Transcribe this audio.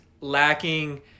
lacking